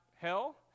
hell